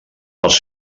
pels